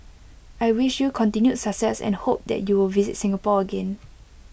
I wish you continued success and hope that you will visit Singapore again